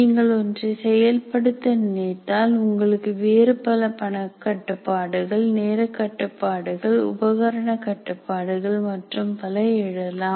நீங்கள் ஒன்றை செயல்படுத்த நினைத்தால் உங்களுக்கு வேறு பல பணம்கட்டுப்பாடுகள் நேரக் கட்டுப்பாடுகள் உபகரண கட்டுப்பாடுகள் மற்றும் பல எழலாம்